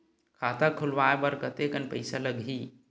खाता खुलवाय बर कतेकन पईसा लगही?